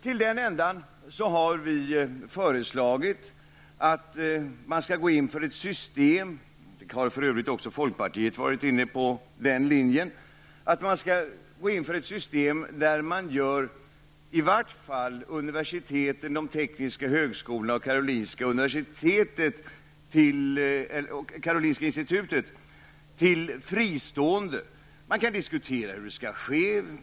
Till den änden har vi föreslagit att man skall gå in för ett system, och även folkpartiet har varit inne på den linjen, där man i varje fall gör universiteten, de tekniska högskolorna och Karolinska institutet till fristående institutioner. Man kan diskutera hur detta bör ske.